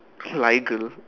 leagle